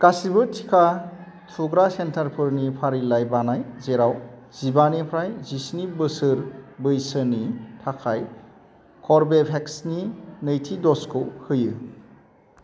गासैबो टिका थुग्रा सेन्टारफोरनि फारिलाइ बानाय जेराव जिबानिफ्राय जिस्नि बोसोर बैसोनि थाखाय कर्वेभेक्सनि नैथि द'जखौ होयो